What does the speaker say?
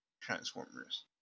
Transformers